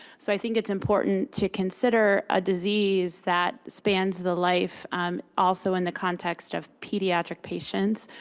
so i think it's important to consider a disease that spans the life also in the context of pediatric patients.